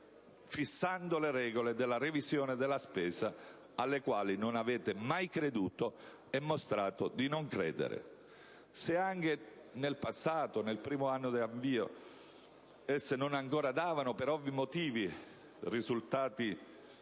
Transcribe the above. fissando le regole della revisione della spesa, alla quale non avete mai creduto e mostrate di non credere. Se anche nel passato, nel primo anno di avvio, esse non davano ancora - per ovvi motivi - risultati